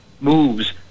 moves